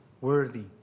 worthy